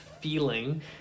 feeling